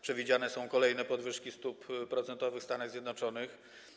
Przewidziane są kolejne podwyżki stóp procentowych w Stanach Zjednoczonych.